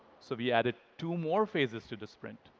so we added two more phases to the sprint.